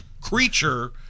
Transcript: creature